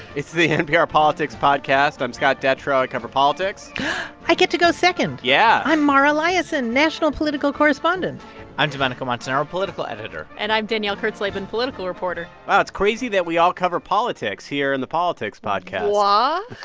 it's the npr politics podcast. i'm scott detrow. i cover politics i get to go second yeah i'm mara liasson, national political correspondent i'm domenico montanaro, political editor and i'm danielle kurtzleben, political reporter wow, it's crazy that we all cover politics here in the politics podcast what?